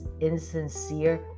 insincere